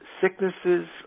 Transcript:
sicknesses